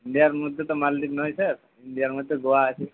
ইন্ডিয়ার মধ্যে তো মালদ্বীপ নয় স্যার ইন্ডিয়ার মধ্যে গোয়া আছে